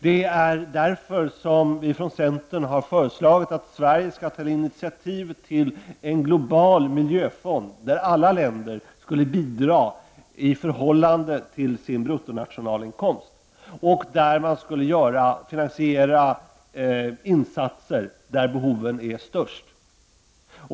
Centern har därför föreslagit att Sverige skall ta initiativ till en global miljöfond där alla länder bidrar i förhållande till sin bruttonationalinkomst. Insatser skall göras där behoven är störst.